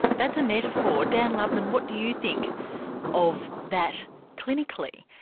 that's a metaphor. dan lubman, what do you think of that clinically,